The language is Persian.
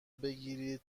بگیرید